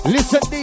Listen